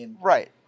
Right